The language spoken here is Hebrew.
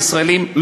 הישראלים,